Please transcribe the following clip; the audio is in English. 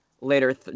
later